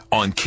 on